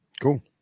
cool